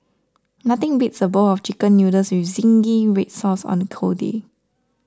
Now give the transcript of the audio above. nothing beats a bowl of Chicken Noodles with Zingy Red Sauce on a cold day